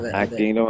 acting